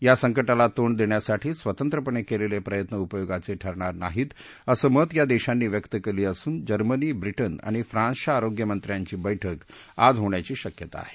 या संकटाला तोंड देण्यासाठी स्वतंत्रपणे केलेले प्रयत्न उपयोगाचे ठरणार नाहीत असं मत या देशांनी व्यक्त केलं असून जर्मनी ब्रिटन आणि फ्रान्सच्या आरोग्यमंत्र्यांची बैठक आज होण्याची शक्यता आहे